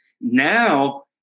now